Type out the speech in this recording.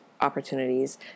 opportunities